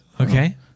Okay